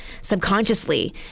subconsciously